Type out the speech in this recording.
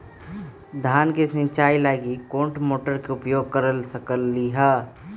धान के सिचाई ला कोंन मोटर के उपयोग कर सकली ह?